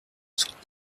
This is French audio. soutenir